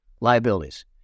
liabilities